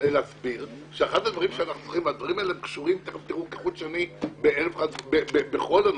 להסביר והדברים האלה עוברים כחוט השני בכל הנושא,